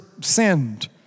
sinned